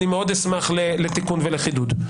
אני מאוד אשמח לתיקון ולחידוד.